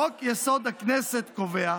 חוק-יסוד: הכנסת קובע,